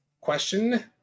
Question